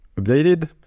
updated